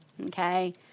okay